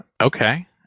Okay